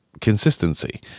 consistency